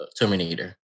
Terminator